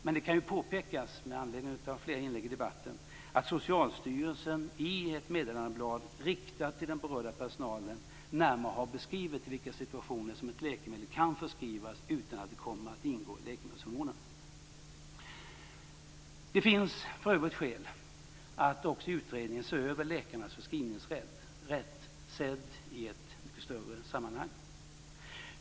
Men det kan ju påpekas, med anledning av flera inlägg i debatten, att Socialstyrelsen i ett meddelandeblad riktat till den berörda personalen närmare har beskrivit i vilka situationer ett läkemedel kan förskrivas utan att det kommer att ingå i läkemedelsförmånen. Det finns för övrigt också skäl att i utredningen se över läkarnas förskrivningsrätt sedd i ett mycket större sammanhang.